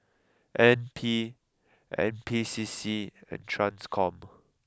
N P N P C C and Transcom